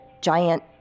giant